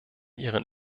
ihren